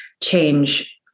change